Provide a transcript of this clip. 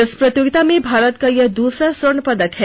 इस प्रतियोगिता में भारत का यह दूसरा स्वर्ण पदक है